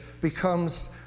becomes